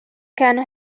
كان